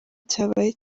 cyabaye